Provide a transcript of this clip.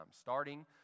Starting